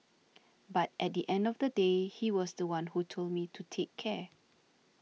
but at the end of the day he was the one who told me to take care